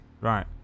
Right